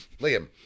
Liam